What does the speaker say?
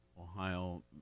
Ohio